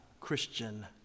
Christian